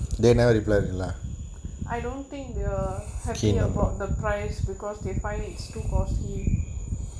I don't think they are happy about the price because they find it's too costly